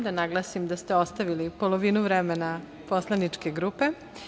Da naglasim da ste ostavili polovinu vremena poslaničke grupe.